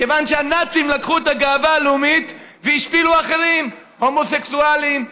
כיוון שהנאצים לקחו את הגאווה הלאומית והשפילו אחרים: הומוסקסואלים,